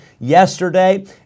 yesterday